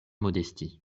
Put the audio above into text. modestie